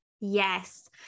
Yes